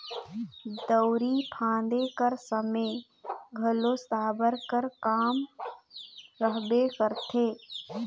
दउंरी फादे कर समे घलो साबर कर काम रहबे करथे